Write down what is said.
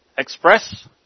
Express